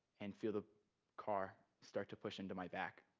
and feel the car start to push into my back.